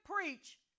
preach